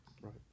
Right